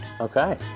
Okay